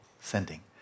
Sending